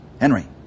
Henry